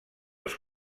els